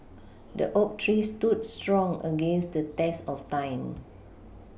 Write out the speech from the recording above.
the oak tree stood strong against the test of time